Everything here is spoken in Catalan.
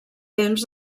temps